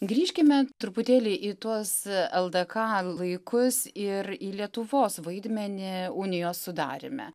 grįžkime truputėlį į tuos ldk laikus ir į lietuvos vaidmenį unijos sudaryme